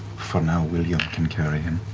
for now, william can carry him.